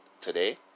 today